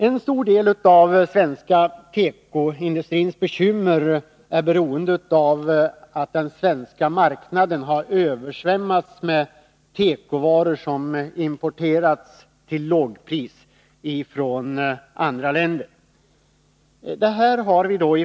En stor del av den svenska tekoindustrins bekymmer beror på att den svenska marknaden har översvämmats av tekoprodukter som importerats till lågpris från andra länder.